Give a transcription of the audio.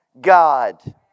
God